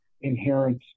inherent